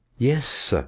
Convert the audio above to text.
yes, sir,